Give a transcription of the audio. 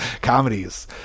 comedies